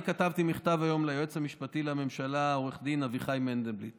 אני כתבתי היום מכתב ליועץ המשפטי לממשלה עו"ד אביחי מנדלבליט